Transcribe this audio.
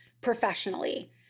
professionally